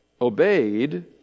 obeyed